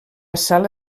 sala